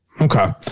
okay